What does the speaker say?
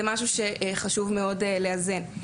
זה משהו שחשוב מאוד לאזן.